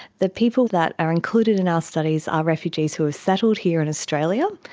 the people that are included in our studies are refugees who have settled here in australia.